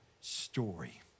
story